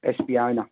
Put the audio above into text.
Espiona